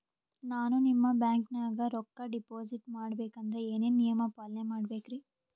ನಾನು ನಿಮ್ಮ ಬ್ಯಾಂಕನಾಗ ರೊಕ್ಕಾ ಡಿಪಾಜಿಟ್ ಮಾಡ ಬೇಕಂದ್ರ ಏನೇನು ನಿಯಮ ಪಾಲನೇ ಮಾಡ್ಬೇಕ್ರಿ?